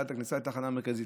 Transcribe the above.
ליד הכניסה לתחנה המרכזית.